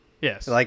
Yes